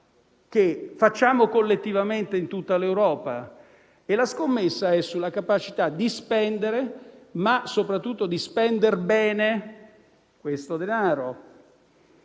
che facciamo collettivamente in tutta Europa sulla capacità di spendere - ma soprattutto di spendere bene - questo denaro.